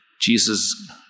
Jesus